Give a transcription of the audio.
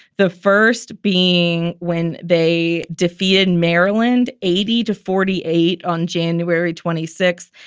the first being when they defeated maryland. eighty to forty eight on january twenty six,